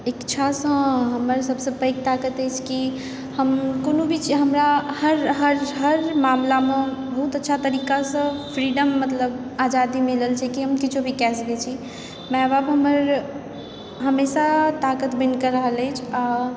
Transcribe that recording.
इच्छासंँ हमर सबसँ पैघ ताकत अछि की हम कोनो भी चीज हमरा हर हर हर मामलामे बहुत अच्छा तरीकासंँ फ्रीडम मतलब आजादी मिलल छै की हम किछु भी कए सकय छी माय बाप हमर हमेशा ताकत बनिकऽ रहल अछि आ